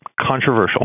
controversial